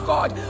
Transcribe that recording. God